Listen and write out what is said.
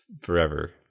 forever